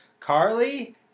Carly